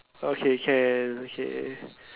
okay can okay